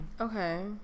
Okay